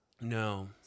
No